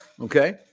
Okay